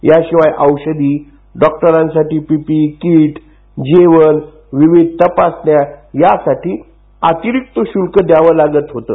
याशिवाय औषधी डॉक्टरांसाठी पीपीई कीट जेवण विविध तपासण्या यासाठी अतिरिक्त श्ल्क द्यावं लागत होतं